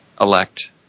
elect